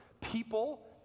people